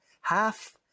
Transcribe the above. half